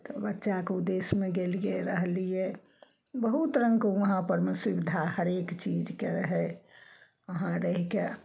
तऽ बच्चाके उद्देश्यमे गेलियै रहलियै बहुत रङ्गके वहाँ परमे सुविधा हरेक चीजके रहै वहाँ रहि कऽ